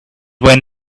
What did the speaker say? when